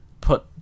Put